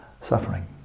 suffering